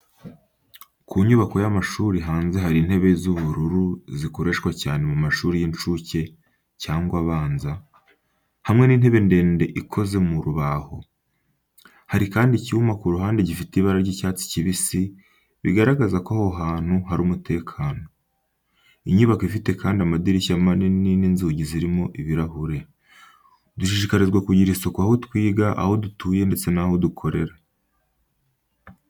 Ku nyubako y’amashuri, hanze hari intebe z’ubururu zikoreshwa cyane mu mashuri y’incuke cyangwa abanza, hamwe n’intebe ndende ikoze mu rubaho. Hari kandi icyuma ku ruhande gifite ibara ry’icyatsi kibisi, bigaragaza ko aho hantu hari umutekano. Inyubako ifite kandi amadirishya manini n’inzugi zirimo ibirahure. Dushishikarizwa kugira isuku aho twiga, aho dutuye, ndetse n’aho dukorera.